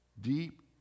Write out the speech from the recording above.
deep